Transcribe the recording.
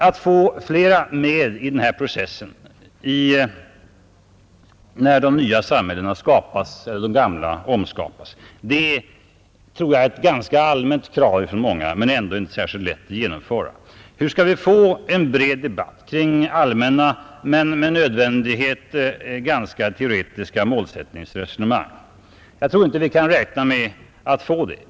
Att få flera med i den process där de nya samhällena skapas eller de gamla omskapas är ett ganska allmänt krav men ändå inte alltid så lätt att genomföra. Hur skall vi få en bred debatt kring allmänna men med nödvändighet ganska teoretiska målsättningsresonemang? Det kan vi kanske aldrig räkna med.